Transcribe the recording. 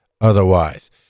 otherwise